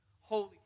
holy